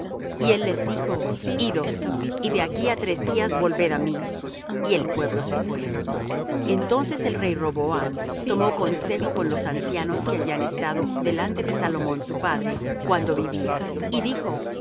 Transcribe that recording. y él les dijo idos y de aquí á tres días volved á mí y el pueblo se fué entonces el rey roboam tomó consejo con los ancianos que habían estado delante de salomón su padre cuando vivía y dijo